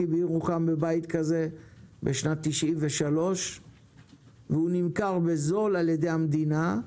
בירוחם בשנת 93 והוא נמכר בזול על ידי המדינה.